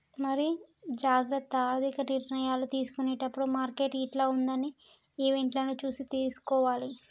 మరి జాగ్రత్త ఆర్థిక నిర్ణయాలు తీసుకునేటప్పుడు మార్కెట్ యిట్ల ఉంటదని ఈవెంట్లను చూసి తీసుకోవాలి